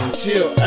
chill